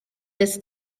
this